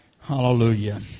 Hallelujah